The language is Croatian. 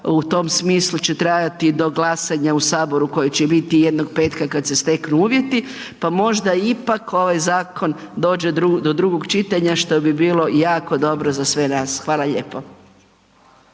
u tom smislu će trajati do glasanja u saboru koje će biti jednog petka kad se steknu uvjeti, pa možda ipak ovaj zakon dođe do drugog čitanja što bi bilo jako dobro za sve nas. Hvala lijepo.